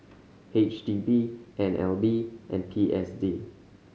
H D B N L B and P S D